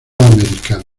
americana